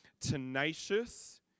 tenacious